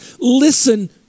Listen